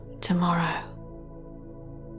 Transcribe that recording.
tomorrow